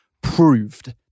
proved